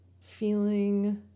feeling